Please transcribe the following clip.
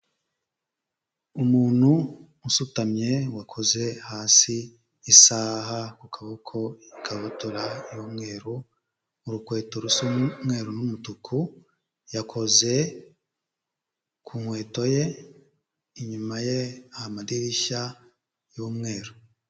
Umuntu usutamye wakoze hasi, isaha ku kaboko, ikabutura y'umweru, urukweto rusa umweru n'umutuku, yakoze ku nkweto ye, inyuma ye amadirishya y'umweru.